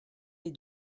des